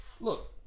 look